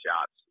shots